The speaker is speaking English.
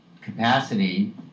capacity